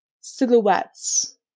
silhouettes